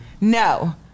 No